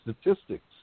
statistics